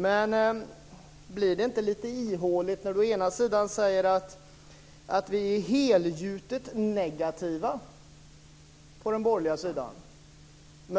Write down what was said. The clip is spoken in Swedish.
Men blir det inte lite ihåligt när Hans Andersson å ena sidan säger att vi är helgjutet negativa på den borgerliga sidan,